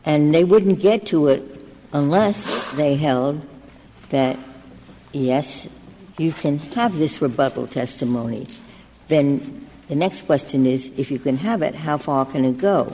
and they wouldn't get to it unless they held that yes you can have this one but both testimony then the next question is if you can have it how far can